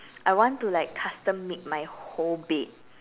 I want to like custom make my whole bed